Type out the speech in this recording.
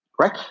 right